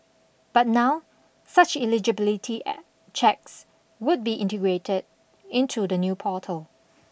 but now such eligibility checks would be integrated into the new portal